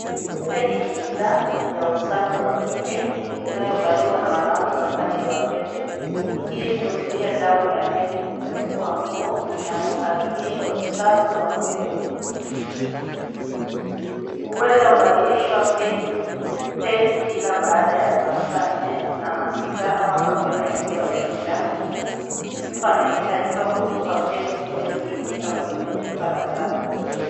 Pedi ni bidhaa ya usafi wa kike inayovaliwa na wanawake wakati wa hedhi ili kuzuia damu ya hedhi kuchafua nguo na kuhakikisha usafi wa mwili. Huweza ukabadilisha pedi kila baada ya masaa nne ama sita ama mapema ikiwa imejaa. Mtu anahitajiwa kutupa pedi zilizotumika kwenye pipa la taka.